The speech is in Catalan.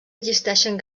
existeixen